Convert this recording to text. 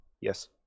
Yes